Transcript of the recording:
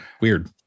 weird